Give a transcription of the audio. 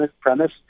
premise